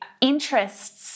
interests